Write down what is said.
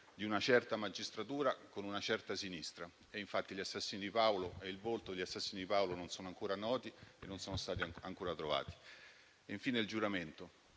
di una certa magistratura con una certa sinistra, e infatti gli assassini di Paolo e il loro volto non sono ancora noti e non sono stati ancora trovati. Infine, il giuramento: